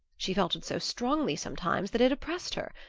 she felt it so strongly, sometimes, that it oppressed her,